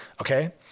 Okay